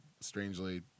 strangely